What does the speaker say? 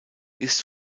ist